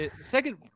second